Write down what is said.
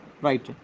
right